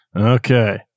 Okay